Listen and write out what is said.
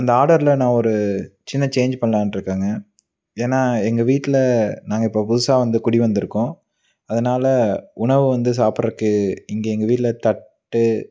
அந்த ஆர்டர்ல நான் ஒரு சின்ன சேஞ்ச் பண்ணலாம்னு இருக்கேங்க ஏன்னா எங்கள் வீட்டில் நாங்கள் இப்போ புதுசாக வந்து குடி வந்திருக்கோம் அதனால் உணவு வந்து சாப்புடுறக்கு இங்கே எங்கள் வீட்டில் தட்டு